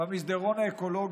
במסדרון האקולוגי,